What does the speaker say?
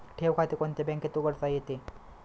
ठेव खाते कोणत्या बँकेत उघडता येते?